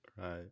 Right